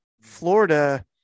Florida